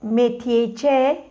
मेथयेचे